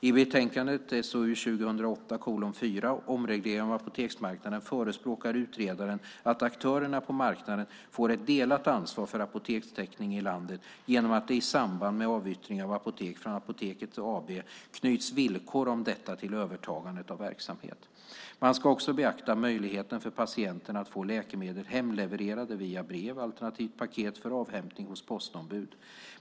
I betänkandet SOU 2008:4 Omreglering av apoteksmarknaden förespråkar utredaren att aktörerna på marknaden får ett delat ansvar för apotekstäckningen i landet, genom att det i samband med avyttring av apotek från Apoteket AB knyts villkor om detta till övertagandet av verksamhet. Man ska också beakta möjligheten för patienten att få läkemedel hemlevererade via brev, alternativt paket för avhämtning hos postombud.